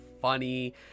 funny